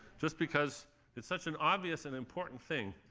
just because it's such an obvious and important thing.